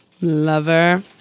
lover